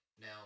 Now